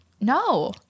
no